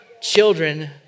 children